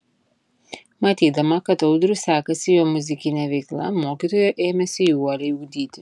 matydama kad audriui sekasi jo muzikinė veikla mokytoja ėmėsi jį uoliau ugdyti